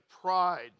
pride